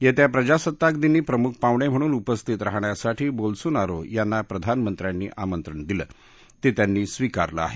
येत्या प्रजासत्ताक दिनी प्रमुख पाहुणे म्हणून उपस्थित राहण्यासाठी बोल्सोनारो यांना प्रधानमंत्र्यांनी आमंत्रण दिलं ते त्यांनी स्वीकारल आहे